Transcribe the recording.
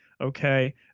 Okay